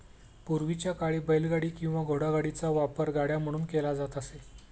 पूर्वीच्या काळी बैलगाडी किंवा घोडागाडीचा वापर गाड्या म्हणून केला जात असे